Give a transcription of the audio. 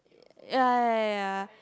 ya ya ya ya